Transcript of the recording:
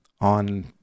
on